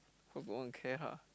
forgot one care ha